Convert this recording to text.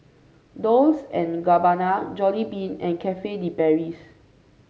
Dolce and Gabbana Jollibean and Cafe De Paris